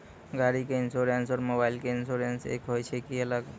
गाड़ी के इंश्योरेंस और मोबाइल के इंश्योरेंस एक होय छै कि अलग?